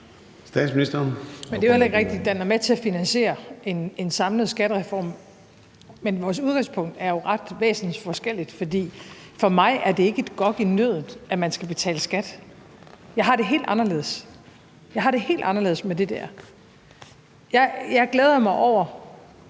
Statsministeren (Mette Frederiksen): Det er heller ikke rigtigt. Den er med til at finansiere en samlet skattereform. Men vores udgangspunkt er jo ret væsensforskelligt, for for mig er det ikke et gok i nødden, at man skal betale skat. Jeg har det helt anderledes, jeg har det helt anderledes med det der. Jeg glæder mig over,